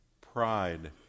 pride